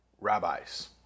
rabbis